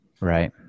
Right